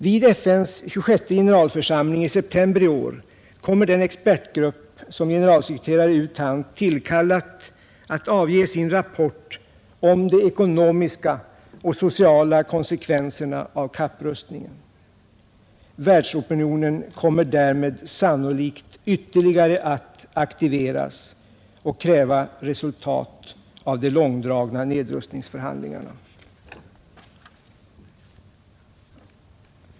Vid FN:s 26:e generalförsamling i september i år kommer den expertgrupp som generalsekreterare U Thant tillkallat att avge sin rapport om de ekonomiska och sociala konsekvenserna av kapprustningen. Världsopinionen kommer därmed sannolikt ytterligare att aktiveras och kräva resultat av de långdragna nedrustningsförhandlingarna.